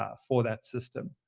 ah for that system.